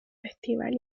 festival